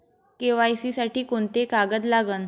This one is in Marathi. के.वाय.सी साठी कोंते कागद लागन?